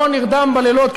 לא נרדם בלילות,